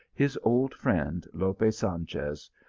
his old friend lope sanchez,